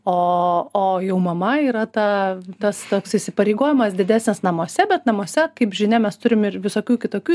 o o jau mama yra ta tas toks įsipareigojimas didesnis namuose bet namuose kaip žinia mes turim ir visokių kitokių